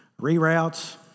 Reroutes